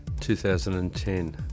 2010